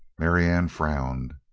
marianne frowned.